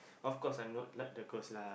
of course I'm not like the ghost lah